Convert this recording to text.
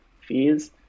fees